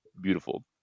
beautiful